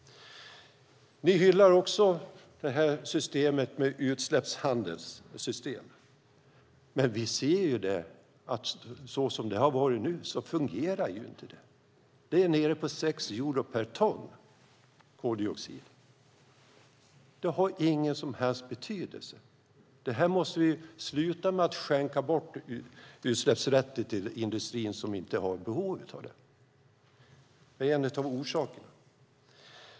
Ni hyllar också systemet med utsläppshandel. Men som det har varit ser vi ju att det inte fungerar. Man är nere på 6 euro per ton koldioxid. Det har ingen som helst betydelse. Vi måste sluta skänka bort utsläppsrätter till industrin som inte har behov av det. Det är en av orsakerna.